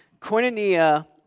koinonia